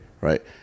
right